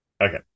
Okay